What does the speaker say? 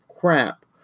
crap